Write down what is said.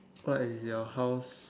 what is your house